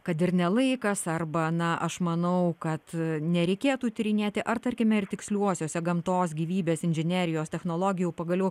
kad ir ne laikas arba na aš manau kad nereikėtų tyrinėti ar tarkime ir tiksliuosiuose gamtos gyvybės inžinerijos technologijų pagaliau